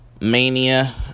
mania